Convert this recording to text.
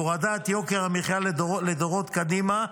והורדת יוקר המחיה לדורות קדימה.